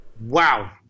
Wow